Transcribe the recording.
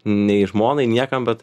nei žmonai niekam bet